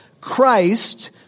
Christ